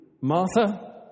Martha